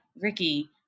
Ricky